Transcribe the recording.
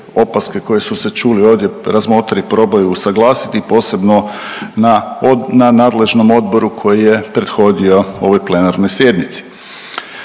koje su se čule ovdje razmotre i probaju usuglasiti posebno na, na nadležnom odboru koji je prethodio ovoj plenarnoj sjednici.